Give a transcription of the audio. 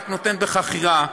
רק נותנת בחכירה.